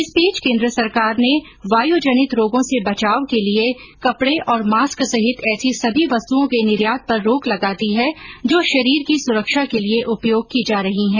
इस बीच केन्द्र सरकार ने वायुजनित रोगों से बचाव के लिए कपडे और मास्क सहित ऐसी सभी वस्तुओं के निर्यात पर रोक लगा दी है जो शरीर की सुरक्षा के लिए उपयोग की जा रही है